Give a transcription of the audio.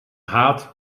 haat